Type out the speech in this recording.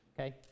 okay